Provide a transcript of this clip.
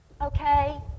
okay